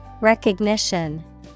Recognition